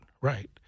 right